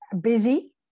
busy